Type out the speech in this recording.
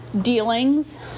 dealings